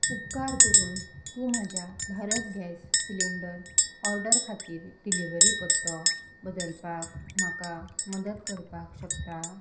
उपकार करून तूं म्हज्या भारत गॅस सिलींडर ऑर्डर खातीर डिलिव्हरी पत्तो बदलपाक म्हाका मदत करपाक शकता